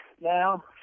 now